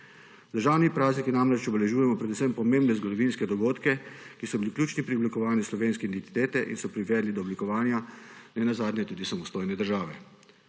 državnimi prazniki namreč obeležujemo predvsem pomembne zgodovinske dogodke, ki so bili ključni pri oblikovanju slovenske identitete in so privedli do oblikovanja ne nazadnje tudi samostojne države.